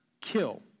kill